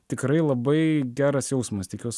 tikrai labai geras jausmas tikiuosi